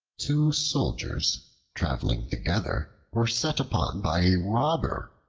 two soldiers traveling together were set upon by a robber.